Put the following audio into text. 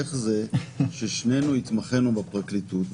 איך זה ששנינו התמחינו בפרקליטות,